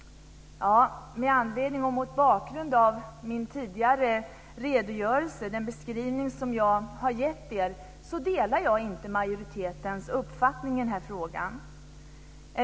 Med anledning och mot bakgrund av den beskrivning jag just gett kammaren delar jag inte majoritetens uppfattning i den här frågan.